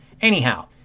Anyhow